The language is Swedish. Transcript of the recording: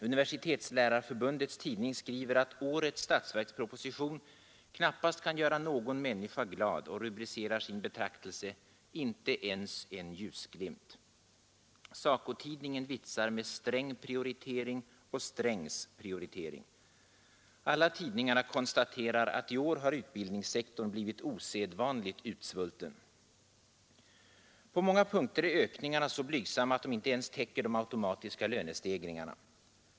Universitetslärarförbundets tidning skriver att årets statsverksproposition knappast kan göra någon människa glad och rubricerar sin betraktelse ”Inte ens en ljusglimt”. SACO-tidningen vitsar med Sträng prioritering och Strängs prioritering. Alla tidningarna konstaterar att i år har utbildningssektorn blivit osedvanligt utsvulten. På många punkter är ökningarna så blygsamma att de inte ens täcker de automatiska lönestegringarna.